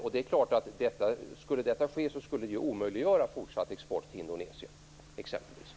Om detta skulle ske skulle det självfallet omöjliggöra fortsatt export till exempelvis Indonesien.